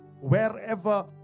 wherever